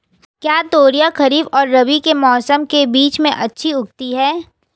क्या तोरियां खरीफ और रबी के मौसम के बीच में अच्छी उगती हैं?